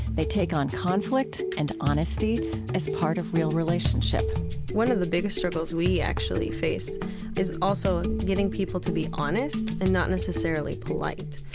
they take on conflict and honesty as part of real relationship one of the biggest struggles we actually face is also getting people to be honest and not necessarily polite.